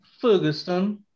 Ferguson